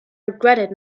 regretted